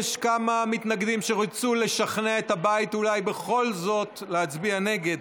יש כמה מתנגדים שירצו לשכנע את הבית אולי בכל זאת להצביע נגד,